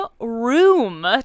room